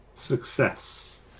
Success